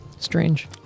Strange